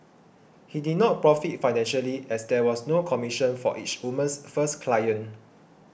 he did not profit financially as there was no commission for each woman's first client